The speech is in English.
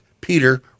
Peter